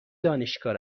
دانشگاه